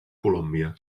colòmbia